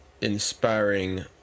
inspiring